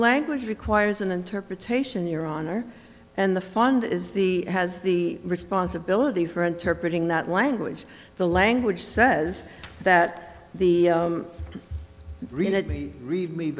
language requires an interpretation your honor and the fund is the has the responsibility for interpret ing that language the language says that the real let me read me